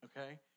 okay